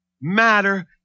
matter